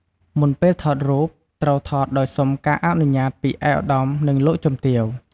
មុនពេលថតរូបត្រូវថតដោយសុំការអនុញ្ញាតពី ឯកឧត្តម និងលោកជំទាវ។